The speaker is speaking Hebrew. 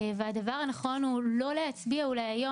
והדבר הנכון הוא לא להצביע היום.